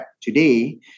Today